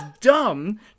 dumb